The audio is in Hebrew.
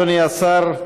אדוני השר,